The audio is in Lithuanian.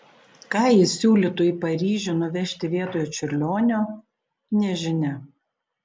ką ji siūlytų į paryžių nuvežti vietoj čiurlionio nežinia